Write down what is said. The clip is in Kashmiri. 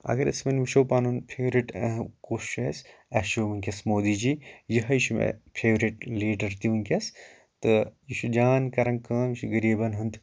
اگر أسۍ وونۍ وٕچھو پَنُن فیورِٹ کُس چھُ اسہِ اسہِ چھُ وٕنۍکٮ۪س مودی جی یُہُے چھُ مے فیورِٹ لیٖڈَر تہِ وٕنۍکٮ۪س تہٕ یہِ چھُ جان کَرا ن کٲم یہِ چھُ غٔریٖبَن ہُنٛد